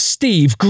Steve